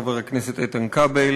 של חבר הכנסת איתן כבל